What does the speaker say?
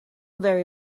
very